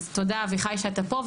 אז תודה אביחי שאתה פה,